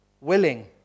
willing